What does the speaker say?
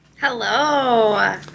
Hello